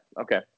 okay